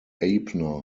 abner